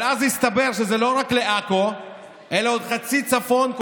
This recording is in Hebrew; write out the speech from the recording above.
אבל אז הסתבר שזה לא רק לעכו אלא לעוד חצי צפון,